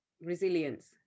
resilience